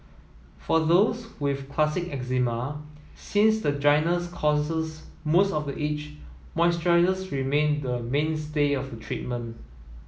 for those with classic eczema since the dryness causes most of the itch moisturisers remain the mainstay of treatment